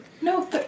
No